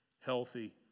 healthy